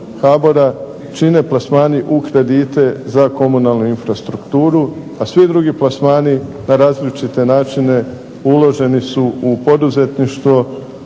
HBOR-a čine plasmani u kredite za komunalnu infrastrukturu, a svi drugi plasmani na različite načine uloženi su u poduzetništvo